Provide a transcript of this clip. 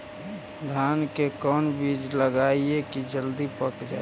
धान के कोन बिज लगईयै कि जल्दी पक जाए?